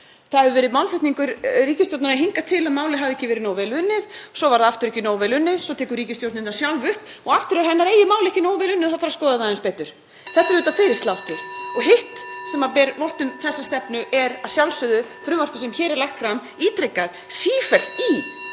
Það hefur verið málflutningur ríkisstjórnarinnar hingað til að málið hafi ekki verið nógu vel unnið. Svo var það aftur ekki nógu vel unnið. Svo tekur ríkisstjórnin það sjálf upp og aftur er hennar eigið mál ekki nógu vel unnið. Þá þarf að skoða það aðeins betur. Þetta er fyrirsláttur. Og hitt sem ber vott um þessa stefnu er að sjálfsögðu frumvarpið sem hér er lagt fram ítrekað